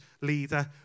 leader